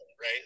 right